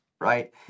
Right